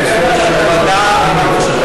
זה בתקנות.